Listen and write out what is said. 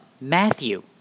Matthew